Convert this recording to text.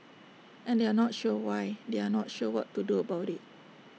and they are not sure why they are not sure what to do about IT